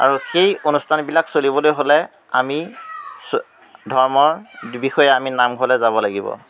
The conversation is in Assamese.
আৰু সেই অনুষ্ঠানবিলাক চলিবলৈ হ'লে আমি ধৰ্মৰ বিষয়ে আমি নামঘৰলৈ যাব লাগিব